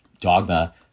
dogma